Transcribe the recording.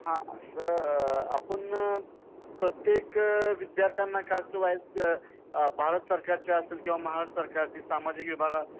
हां असं आपण प्रत्येक विद्यार्थ्यांना कास्टवाईज भारत सरकारच्या असेल किंवा महाराष्ट्र सरकारची सामाजिक विभागात